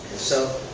so,